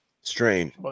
Strange